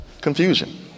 confusion